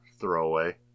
throwaway